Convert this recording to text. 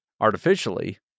artificially